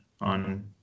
on